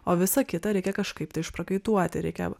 o visa kita reikia kažkaip tai išprakaituoti reikia